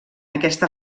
aquesta